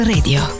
Radio